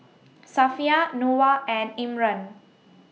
Safiya Noah and Imran